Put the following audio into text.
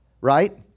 Right